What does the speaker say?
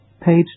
page